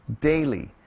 daily